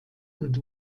und